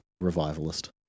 revivalist